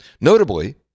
Notably